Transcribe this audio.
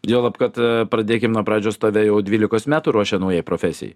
juolab kad pradėkim nuo pradžios tave jau dvylikos metų ruošė naujai profesijai